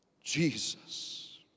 Jesus